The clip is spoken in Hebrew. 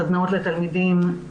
סדנאות לתלמידים,